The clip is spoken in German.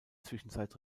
zwischenzeit